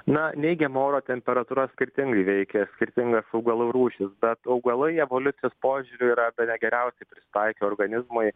na neigiama oro temperatūra skirtingai veikia skirtingas augalų rūšis bet augalai evoliucijos požiūriu yra bene geriausiai prisitaikę organizmai